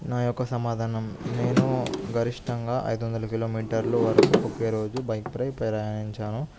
నా యొక్క సమాధానం నేను గరిష్టంగా ఐదు వందల కిలోమీటర్లు వరకు ఒకే రోజు బైక్ పై ప్రయాణించాను